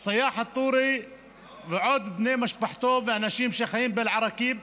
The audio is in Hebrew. סיאח א-טורי ובני משפחתו ואנשים שחיים באל-עראקיב,